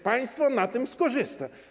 Państwo na tym skorzysta.